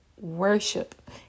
worship